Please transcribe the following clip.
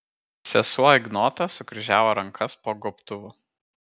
sesuo ignota sukryžiavo rankas po gobtuvu